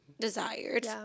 desired